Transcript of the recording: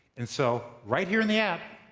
and so right here in the app,